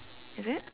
is it